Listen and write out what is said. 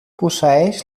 posseïx